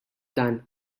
dan